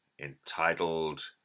entitled